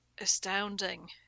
astounding